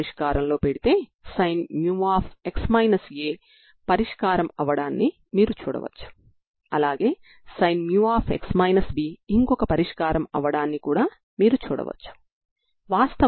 నిర్దిష్ట μ0 విలువలకు cos μL 0 కావచ్చు సరేనా